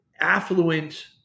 affluent